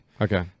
Okay